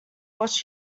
what